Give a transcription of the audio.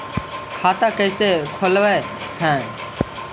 खाता कैसे खोलैलहू हे?